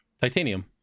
Titanium